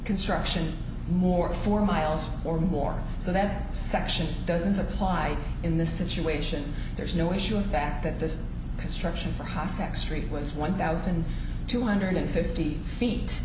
construction more four miles or more so that section doesn't apply in this situation there is no issue in fact that this construction for hasek's street was one thousand two hundred fifty feet